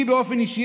לי באופן אישי,